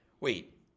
Wait